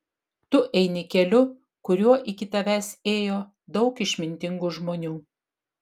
tu eini keliu kuriuo iki tavęs ėjo daug išmintingų žmonių